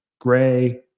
Gray